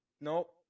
Nope